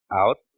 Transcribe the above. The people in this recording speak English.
out